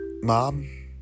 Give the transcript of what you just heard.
Mom